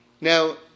Now